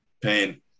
pain